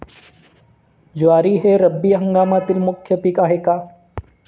ज्वारी हे रब्बी हंगामातील मुख्य पीक आहे का?